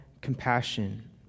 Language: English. compassion